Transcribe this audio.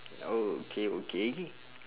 okay okay